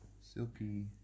Silky